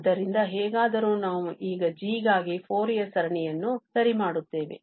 ಆದ್ದರಿಂದ ಹೇಗಾದರೂ ನಾವು ಈಗ g ಗಾಗಿ ಫೋರಿಯರ್ ಸರಣಿಯನ್ನು ಸರಿ ಮಾಡುತ್ತೇವೆ